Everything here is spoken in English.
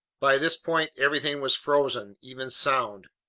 by this point everything was frozen, even sound.